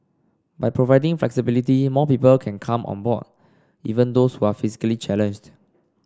by providing flexibility more people can come on board even those who are physically challenged